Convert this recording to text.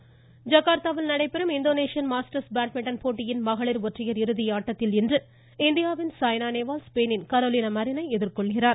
badminton ஜகார்தாவில் நடைபெறும் Indonesian Masters badminton போட்டியின் மகளிர் ஒற்றையர் இறுதியாட்டத்தில் இன்று இந்தியாவின் சாய்னா நேவால் ஸ்பெயினின் கரோலினா மெரினை எதிர்கொள்கிறார்